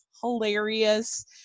hilarious